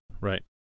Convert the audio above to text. Right